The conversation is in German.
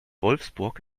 wolfsburg